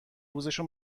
روزشو